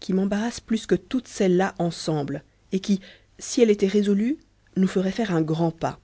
qui m'embarrasse plus que toutes celles-là ensemble et qui si elle était résolue nous ferait faire un grand pas